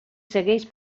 segueix